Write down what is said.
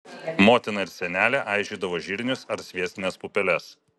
motina ir senelė aižydavo žirnius ar sviestines pupeles